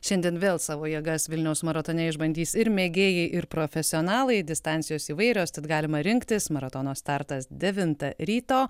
šiandien vėl savo jėgas vilniaus maratone išbandys ir mėgėjai ir profesionalai distancijos įvairios tad galima rinktis maratono startas devintą ryto